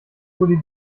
wurde